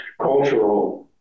cultural